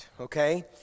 okay